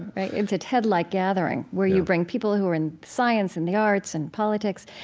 right? it's a ted-like gathering where you bring people who are in science and the arts and politics.